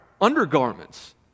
undergarments